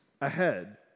ahead